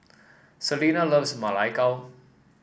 Selena loves Ma Lai Gao